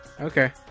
Okay